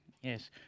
Yes